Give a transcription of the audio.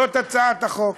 זאת הצעת החוק,